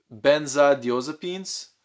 benzodiazepines